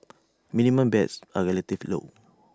minimum bets are relatively low